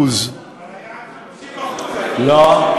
אבל היעד היה 50%. לא.